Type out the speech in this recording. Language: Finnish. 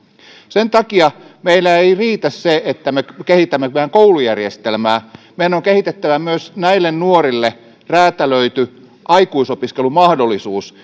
sen takia meillä ei riitä se että me kehitämme meidän koulujärjestelmäämme meidän on kehitettävä myös näille nuorille räätälöity aikuisopiskelumahdollisuus